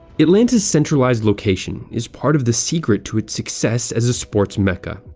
atlanta's centralized location is part of the secret to its success as a sports mecca.